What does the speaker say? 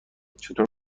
چطور